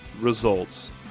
results